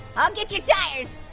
i'll get your tires!